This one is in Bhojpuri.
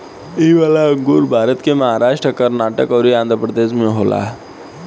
इ वाला अंगूर भारत के महाराष्ट् आ कर्नाटक अउर आँध्रप्रदेश में होला